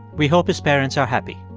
we hope his parents are happy